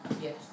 Yes